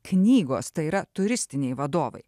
knygos tai yra turistiniai vadovai